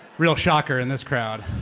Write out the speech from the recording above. real shocker in this crowd.